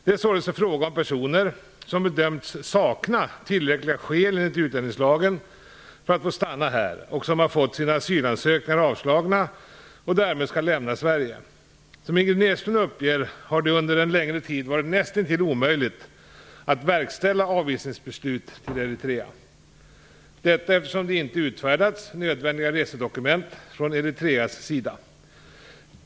Det är således fråga om personer som bedömts sakna tillräckliga skäl enligt utlänningslagen för att få stanna här, och som har fått sina asylansökningar avslagna och därmed skall lämna Sverige. Som Ingrid Näslund uppger har det under en längre tid varit nästintill omöjligt att verkställa avvisningsbeslut till Eritrea. Detta eftersom det inte utfärdats nödvändiga resedokument från Eritreas sida.